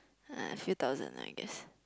a few thousand I guess